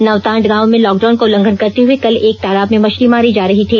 नवतांड गांव में लॉकडाउन का उल्लंघन करते हुए कल एक तालाब में मछली मारी जा रही थी